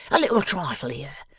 a little trifle here,